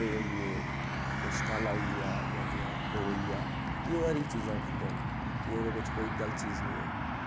कोई पत्ते होई गे कोई स्टाला होई गेआ जां भी होई गेआ की ओह् हरी चीजां खंदे न कि ओह्दे बिच कोई गलत चीज नेईं ऐ